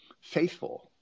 faithful